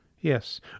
Yes